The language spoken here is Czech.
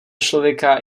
člověka